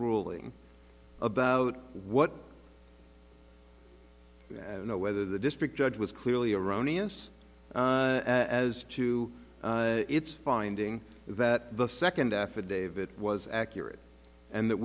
ruling about what you know whether the district judge was clearly erroneous as to its finding that the second affidavit was accurate and that